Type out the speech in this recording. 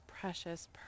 precious